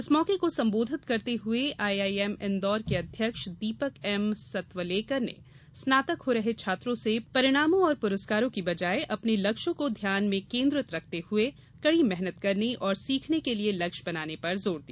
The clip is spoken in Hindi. इस मौके पर सम्बोधित करते हुए आई आईआईएम इंदौर के अध्यक्ष दीपक एम सतवलेकर ने स्नातक हो रहे छात्रों से परिणामों और पुरस्कारों के बजाय अपने लक्ष्यों को ध्यान के केन्द्रित करने के साथ कड़ी मेहन करने और सीखने के लिए लक्ष्य बनाने पर जोर दिया